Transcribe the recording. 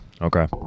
Okay